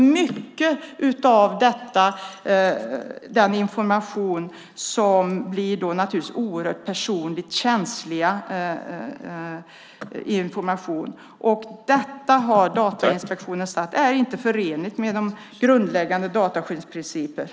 Mycket av den informationen blir oerhört personligt känslig. Detta har Datainspektionen sagt är inte förenligt med de grundläggande dataskyddsprinciperna.